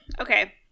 okay